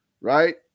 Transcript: right